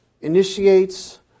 initiates